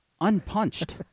unpunched